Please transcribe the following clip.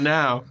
now